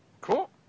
Cool